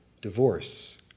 divorce